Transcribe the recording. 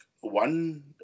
one